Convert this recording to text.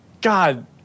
God